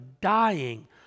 dying